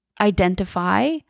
identify